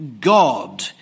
God